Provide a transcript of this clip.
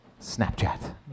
Snapchat